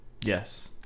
Yes